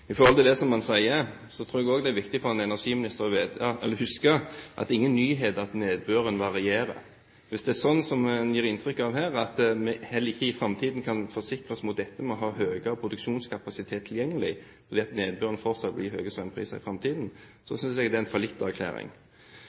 det gjelder det han sier, tror jeg det også er viktig for en energiminister å huske at det er ingen nyhet at nedbøren varierer. Hvis det er sånn som en gir inntrykk av her, at vi heller ikke i framtiden kan forsikre oss mot dette ved å ha høyere produksjonskapasitet tilgjengelig, fordi nedbøren fortsatt vil gi høye strømpriser, synes jeg det er en